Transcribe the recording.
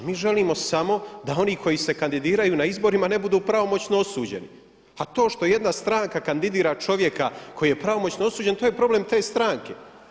Mi želimo samo da oni koji se kandidiraju na izborima ne budu pravomoćno osuđeni, a to što jedna stranka kandidira čovjeka koji je pravomoćno osuđen to je problem te stranke.